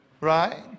right